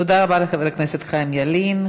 תודה רבה לחבר הכנסת חיים ילין.